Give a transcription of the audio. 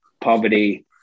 poverty